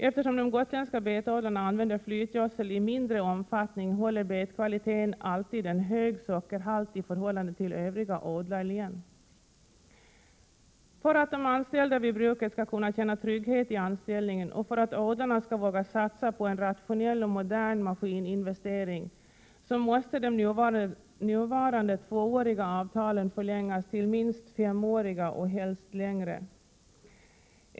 Eftersom de gotländska betodlarna använder flytgödsel i mindre 65 Prot. 1987/88:136 omfattning, håller betkvaliteten alltid en hög sockerhalt i förhållande till För att de anställda vid bruket skall kunna känna trygghet i anställningen och för att odlarna skall våga satsa på en rationell och modern maskininvestering måste de nuvarande tvååriga avtalen förlängas till minst femåriga och helst längre.